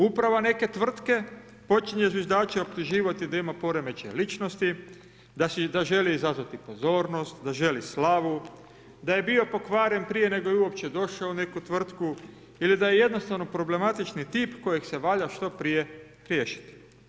Uprava neke tvrtke počinje zviždače optuživati da ima poremećaj ličnosti, da želi izazvati pozornost, da želi slavu, da je bio pokvaren prije nego je uopće došao u neku tvrtku ili da je jednostavno problematični tip kojeg se valja što prije riješiti.